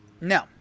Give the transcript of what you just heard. No